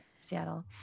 Seattle